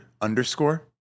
underscore